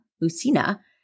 Lucina